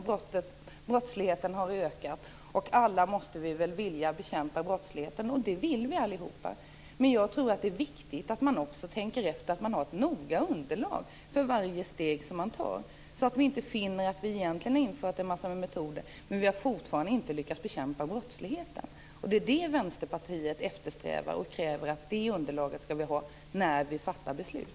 Brottsligheten har ökat, och vi måste väl alla vilja bekämpa brottsligheten. Det vill vi allihop göra, men jag tror också att det är viktigt att man tänker efter att man har ett grundligt underlag för varje steg som man tar, så att vi inte finner att vi har infört en massa metoder utan att fortfarande ha lyckats bekämpa brottsligheten. Det är det underlaget som Vänsterpartiet eftersträvar och kräver att vi skall ha när vi fattar beslut.